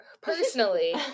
Personally